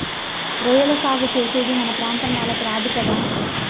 రొయ్యల సాగు చేసేది మన ప్రాంతం వాళ్లకి రాదు కదా